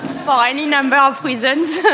any number of reasons.